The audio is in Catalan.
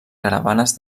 caravanes